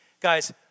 Guys